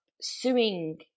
suing